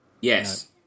Yes